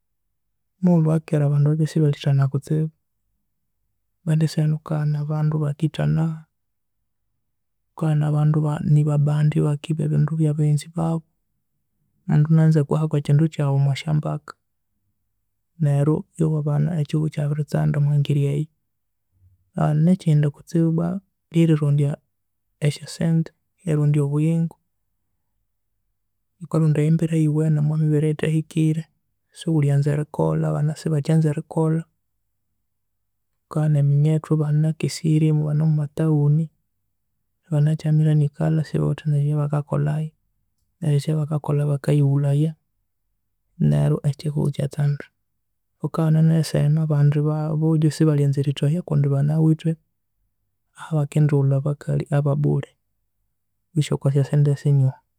Omughulhu abandu babya esibakhithana kutsibu but esaha enu abandu bakithana, ghukabana abandu ni ba bandi, bakiba ebindu bya baghenzi babu kandi enanza akweihe kwekindu kyaghu omwa sya mbaka neryu wmewabana ekihugho ekyabitsanda omwa ngeri eyo nekindi kutsibu ibwa ryerirondya amesya sente, erirondya obuyingo ghukarondya embera eyiwune omwa mibere eyithahikire, sighulhyanza erikolha abana sibakyanza erikolha ghukabana eminyethu eba na kesirye, eba ne omwa ma towni ebamakyamira ni kalha esibawithe nebya bakakolha neru ekya bakakolha bakaghighulhaya neryu ekihugho ekyatsanda ghukabana ne saha enu abandi bojo bakaghana erithahya kundi banawithe ahabakendiwulha abakalhi aba bulhe kwisi okwasya sente sinyoho.